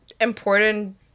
important